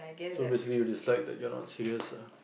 so basically you dislike that you are not serious ah